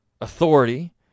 authority